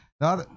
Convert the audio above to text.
Now